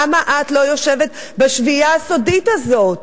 למה את לא יושבת בשביעייה הסודית הזאת?